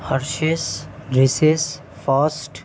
Hershey's rice fast